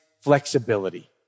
flexibility